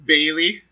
Bailey